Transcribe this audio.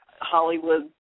Hollywood